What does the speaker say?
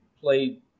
played